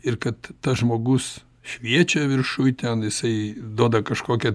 ir kad tas žmogus šviečia viršuj ten jisai duoda kažkokią